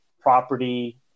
property